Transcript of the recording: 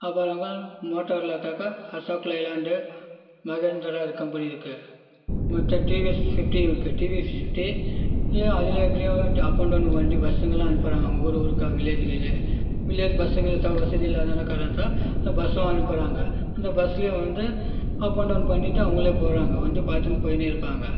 அப்புறம் மோட்டார் எடுத்தாக்க Ashok Leyland Mahindra company இருக்குது மற்ற டிவிஎஸ் ஃபிஃப்டி இருக்குது டிவிஎஸ் ஃபிஃப்டி அதில் எப்படியும் அண்ட் டவுன் வண்டி பஸ்ஸுங்களாம் அனுப்புகிறாங்க அவங்க ஊர் ஊருக்கா வில்லேஜில் வில்லேஜ் பஸ்ஸுங்க வசதி இல்லாதனால் காரணத்தால் பஸ்ஸும் அனுப்புகிறாங்க அந்த பஸ்லியும் வந்து அப் அண்ட் டவுன் பண்ணிட்டு அவங்களே போகிறாங்க வந்து பார்த்துனு போயினே இருப்பாங்க